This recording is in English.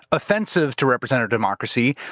offensive to representative democracy,